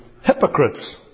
hypocrites